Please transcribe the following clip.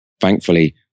Thankfully